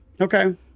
okay